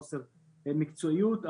חוסר מקצועיות,